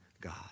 God